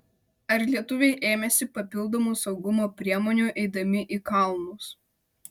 ar lietuviai ėmėsi papildomų saugumo priemonių eidami į kalnus